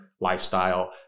lifestyle